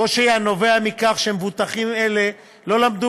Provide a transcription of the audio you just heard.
קושי הנובע מכך שמבוטחים אלה לא למדו